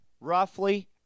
roughly